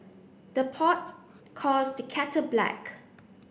the pot calls the kettle black